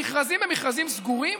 המכרזים הם מכרזים סגורים?